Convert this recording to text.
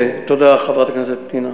תודה, חברת הכנסת פנינה.